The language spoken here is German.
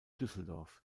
düsseldorf